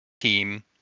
team